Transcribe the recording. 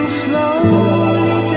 slowly